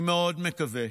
אני מאוד מקווה